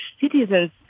citizens